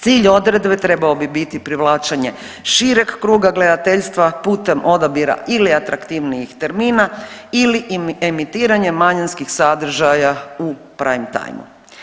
Cilj odredbe trebao bi biti privlačenje šireg kruga gledateljstva putem odabira ili atraktivnijih termina ili emitiranjem manjinskih sadržaja u prime time.